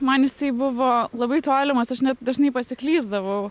man jisai buvo labai tolimas aš ne dažnai pasiklysdavau